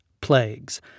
plagues